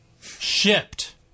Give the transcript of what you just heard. Shipped